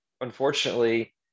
unfortunately